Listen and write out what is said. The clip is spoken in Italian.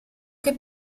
che